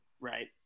right